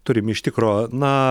turim iš tikro na